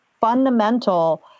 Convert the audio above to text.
fundamental